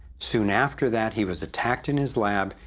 soon after that, he was attacked in his lab,